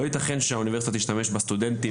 לא ייתכן שהאוניברסיטה תשתמש בסטודנטים